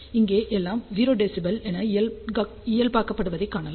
இங்கே எல்லாமே 0 dB என இயல்பாக்கப்படுவதைக் காணலாம்